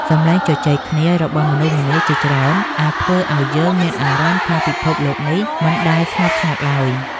សំឡេងជជែកគ្នារបស់មនុស្សម្នាជាច្រើនអាចធ្វើឱ្យយើងមានអារម្មណ៍ថាពិភពលោកនេះមិនដែលស្ងប់ស្ងាត់ឡើយ។